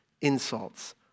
insults